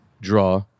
draw